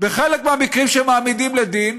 בחלק מהמקרים שמעמידים לדין,